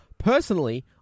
Personally